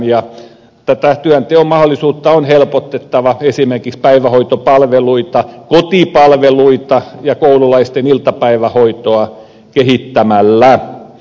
tätä työnteon mahdollisuutta on helpotettava esimerkiksi päivähoitopalveluita kotipalveluita ja koululaisten iltapäivähoitoa kehittämällä